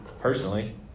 personally